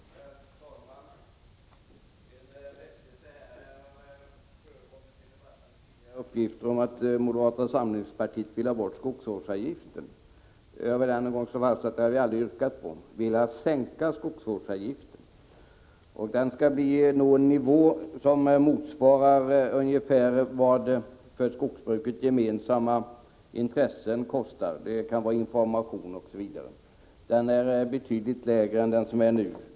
Herr talman! En liten rättelse: Det har förekommit uppgifter om att vi moderater vill ha bort skogsvårdsavgiften. Det har vi aldrig yrkat på. Vi vill sänka skogsvårdsavgiften. Den skall ligga på en nivå som ungefär motsvarar vad det kostar att tillvarata skogsbrukets gemensamma intressen. Det kan vara fråga om kostnader för information osv. Den kan bli betydligt lägre än vad den är nu.